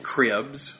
Cribs